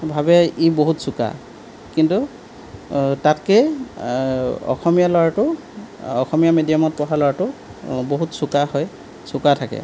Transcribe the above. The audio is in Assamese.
ভাবে ই বহুত চোকা কিন্তু তাতকৈ অসমীয়া ল'ৰাটো অসমীয়া মিডিয়ামত পঢ়া ল'ৰাটো বহুত চোকা হয় চোকা থাকে